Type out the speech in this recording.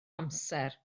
amser